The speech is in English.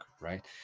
right